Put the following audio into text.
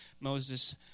moses